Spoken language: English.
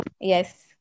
Yes